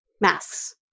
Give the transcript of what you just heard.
masks